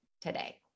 today